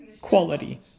quality